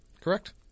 Correct